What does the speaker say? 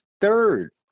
third